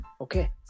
Okay